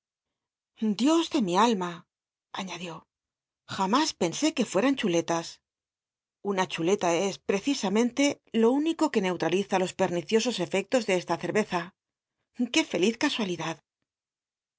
dios de mi alma añadió januis pensé que fue an chuletas una chuleta es pecisamcnle lo único que neutraliza los perniciosos efectos de esta ceneza qué feliz casualidad asi